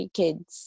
kids